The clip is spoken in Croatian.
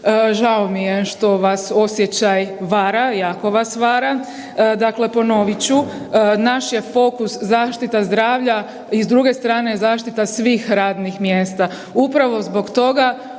žao mi je što vas osjećaj vara, jako vas vara. Dakle, ponovit ću naš je fokus zaštita zdravlja i s druge strane zaštita svih radnim mjesta. Upravo zbog toga